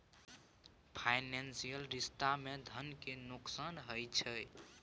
financial रिश्ता मे धन केर नोकसान होइ छै